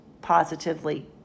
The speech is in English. positively